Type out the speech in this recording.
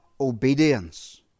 obedience